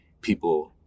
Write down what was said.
people